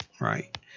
right